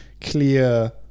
clear